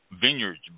vineyards